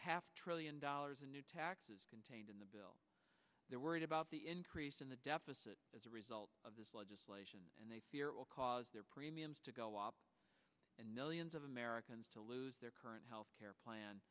half trillion dollars in new taxes contained in the bill they're worried about the increase in the deficit as a result of this legislation and they fear it will cause their premiums to go up and millions of americans to lose their current health care plan